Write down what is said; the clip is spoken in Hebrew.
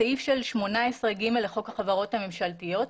הסעיף של 18ג לחוק החברות הממשלתיות,